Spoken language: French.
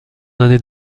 année